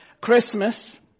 Christmas